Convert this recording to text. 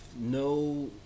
no